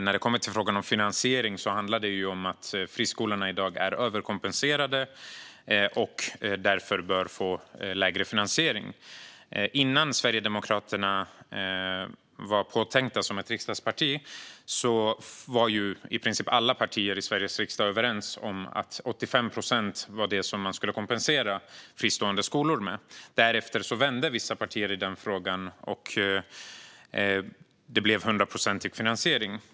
När det kommer till frågan om finansiering handlar det om att friskolorna i dag är överkompenserade och därför bör få lägre finansiering. Innan Sverigedemokraterna var påtänkta som ett riksdagsparti var i princip alla partier i Sveriges riksdag överens om att 85 procent var det som man skulle kompensera fristående skolor med. Därefter vände vissa partier i frågan, och det blev hundraprocentig finansiering.